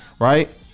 Right